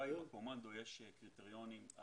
בקומנדו יש קריטריונים.